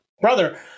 brother